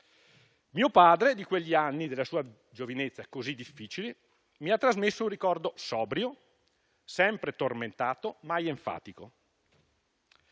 Mio padre, di quegli anni della sua giovinezza così difficili, mi ha trasmesso un ricordo sobrio, sempre tormentato, mai enfatico.